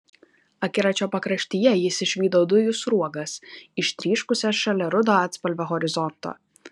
akiračio pakraštyje jis išvydo dujų sruogas ištryškusias šalia rudo atspalvio horizonto